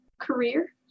career